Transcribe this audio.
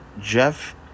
Jeff